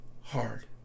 hard